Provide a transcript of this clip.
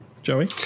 Joey